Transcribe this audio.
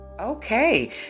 Okay